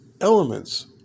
elements